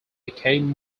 became